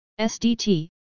SDT